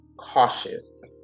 cautious